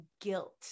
guilt